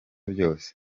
byose